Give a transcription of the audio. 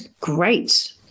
great